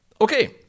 Okay